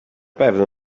pewno